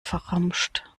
verramscht